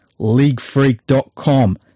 leaguefreak.com